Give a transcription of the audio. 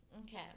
Okay